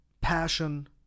passion